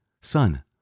Son